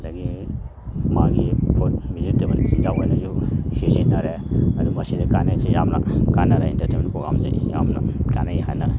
ꯑꯗꯒꯤ ꯃꯥꯒꯤ ꯕꯦꯖꯤꯇꯦꯕꯜ ꯆꯤꯟꯖꯥꯛ ꯑꯣꯏꯅꯁꯨ ꯁꯤꯖꯤꯟꯅꯔꯦ ꯑꯗꯨ ꯃꯁꯤꯗ ꯀꯥꯟꯅꯩꯁꯤ ꯌꯥꯝꯅ ꯀꯥꯟꯅꯔꯦ ꯏꯟꯇꯔꯇꯦꯟꯃꯦꯟ ꯄ꯭ꯔꯣꯒꯥꯝꯁꯤ ꯌꯥꯝꯅ ꯀꯥꯟꯅꯩ ꯍꯥꯏꯅ